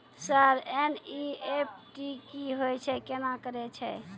Sir NEFT की होय छै, केना करे छै?